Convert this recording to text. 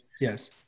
Yes